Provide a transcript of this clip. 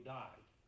died